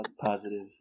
Positive